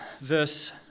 verse